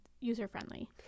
user-friendly